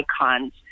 icons